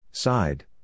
Side